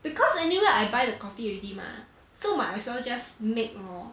because anyway I buy the coffee already mah so might as well just make lor